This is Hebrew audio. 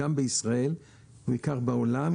גם בישראל ובעיקר בעולם,